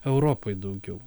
europoj daugiau